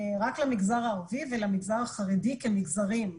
רק למגזר הערבי ולמגזר החרדי כמגזרים,